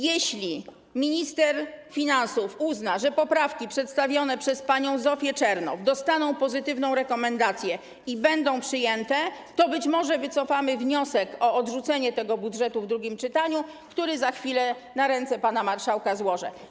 Jeśli minister finansów uzna, że poprawki przedstawione przez panią Zofię Czernow dostaną pozytywną rekomendację i będą przyjęte, to być może wycofamy wniosek o odrzucenie tego budżetu w drugim czytaniu, który za chwilę na ręce pana marszałka złożę.